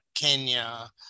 Kenya